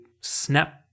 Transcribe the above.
snap